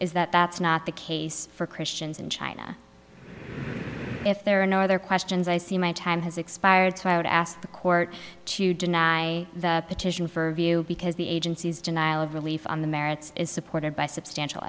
is that that's not the case for christians in china if there are no other questions i see my time has expired so i would ask the court to deny the petition for view because the agencies denial of relief on the merits is supported by substantial